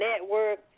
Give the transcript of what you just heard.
network